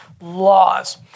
laws